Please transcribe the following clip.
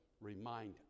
remind